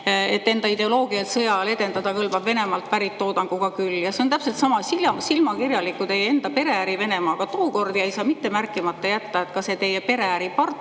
et enda ideoloogiat sõja ajal edendada kõlbab Venemaalt pärit toodangu abil küll. Ja see on täpselt sama silmakirjalik kui teie enda pereäri Venemaaga tookord. Ja ei saa mitte märkimata jätta, et ka see teie pereäri partner